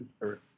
earth